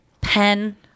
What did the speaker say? pen